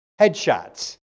headshots